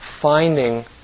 finding